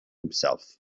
himself